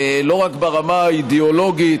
לא רק ברמה האידיאולוגית,